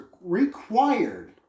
required